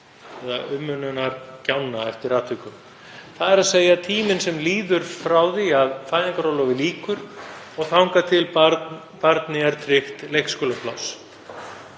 atvikum, þ.e. tíminn sem líður frá því að fæðingarorlofi lýkur og þangað til barni er tryggt leikskólapláss.